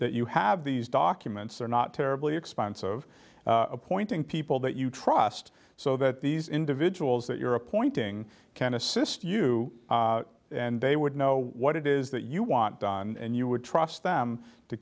that you have these documents are not terribly expensive appointing people that you trust so that these individuals that you're appointing can assist you and they would know what it is that you want done and you would trust them to